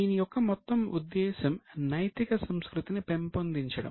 దీని యొక్క మొత్తం ఉద్దేశ్యం నైతిక సంస్కృతిని పెంపొందించడం